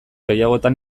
gehiagotan